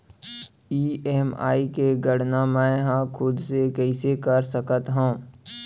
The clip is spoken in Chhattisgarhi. ई.एम.आई के गड़ना मैं हा खुद से कइसे कर सकत हव?